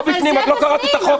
לא בפנים, את לא קראת את החוק.